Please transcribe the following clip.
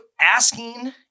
asking